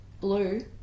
blue